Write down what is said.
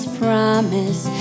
promise